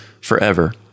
forever